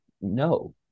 no